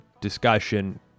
discussion